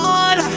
on